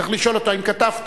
צריך לשאול אותו: האם כתבת?